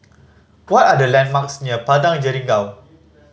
what are the landmarks near Padang Jeringau